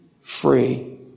free